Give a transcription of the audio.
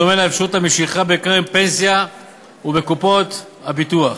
בדומה לאפשרות המשיכה בקרן פנסיה ובקופות הביטוח.